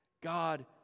God